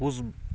ᱯᱩᱥ